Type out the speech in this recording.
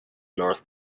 north